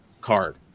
card